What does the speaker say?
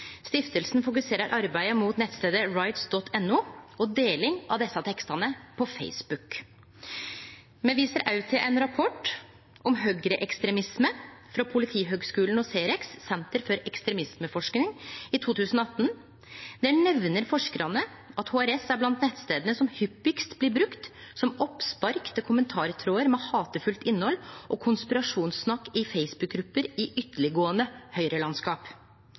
Stiftelsen fokuserer arbeidet på nettstaden rights.no og deling av desse tekstane på Facebook. Me viser òg til ein rapport om høgreekstremisme frå Politihøgskolen og C-REX – senter for ekstremismeforsking frå 2018. Der nemner forskarane at HRS er blant nettstadene som hyppigast blir brukte som oppspark til kommentartrådar med hatefullt innhald og konspirasjonssnakk i Facebook-grupper i ytterleggåande høgrelandskap.